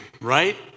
right